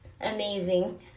amazing